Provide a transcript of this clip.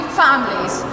families